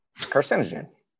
carcinogen